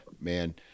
Man